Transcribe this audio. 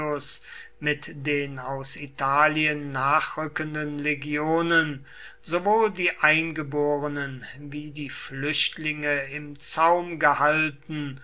mit den aus italien nachrückenden legionen sowohl die eingeborenen wie die flüchtlinge im zaum gehalten